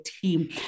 team